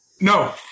No